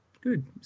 Good